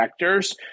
vectors